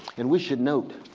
and we should note